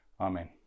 Amen